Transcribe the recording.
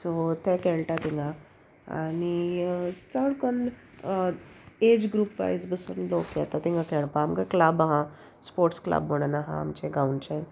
so ते खेळटा थिंगा आनी चड कोन्न एज ग्रुप वायज बसून लोक येता तिंगा खेळपा आमकां क्लाब आहा स्पोर्ट्स क्लब म्हणून आहा आमचे गांवचे